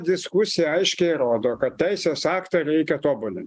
diskusija aiškiai rodo kad teisės aktą reikia tobulinti